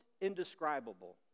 indescribable